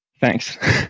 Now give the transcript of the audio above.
Thanks